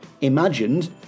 imagined